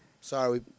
Sorry